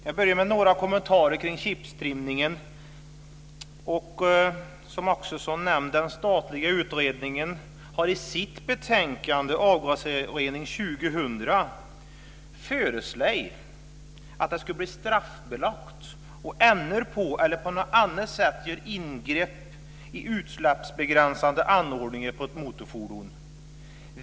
Jag börjar med några kommentarer kring chiptrimningen. Som Axelsson nämner har den statliga utredningen i sitt betänkande Avgasrening 2000 föreslagit att det skulle bli straffbelagt att ändra på eller på annat sätt göra ingrepp i utsläppsbegränsande anordningar på ett motorfordon.